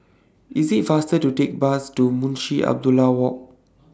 IS IT faster to Take Bus to Munshi Abdullah Walk